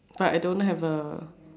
but I don't have a